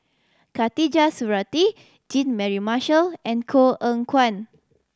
Khatijah Surattee Jean Mary Marshall and Koh Eng Kian